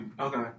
okay